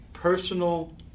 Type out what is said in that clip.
Personal